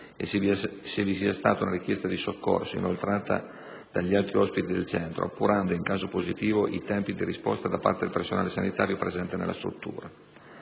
e se vi sia stata una richiesta di soccorso, inoltrata dagli altri ospiti del centro, appurando, in caso positivo, i tempi di risposta da parte del personale sanitario presente nella struttura.